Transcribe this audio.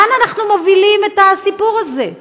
לאן אנחנו מובילים את הסיפור הזה?